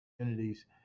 communities